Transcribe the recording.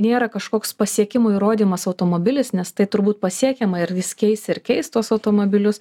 nėra kažkoks pasiekimų įrodymas automobilis nes tai turbūt pasiekiama ir vis keis ir keis tuos automobilius